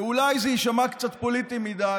אולי זה יישמע קצת פוליטי מדי,